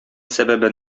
сәбәбе